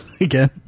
again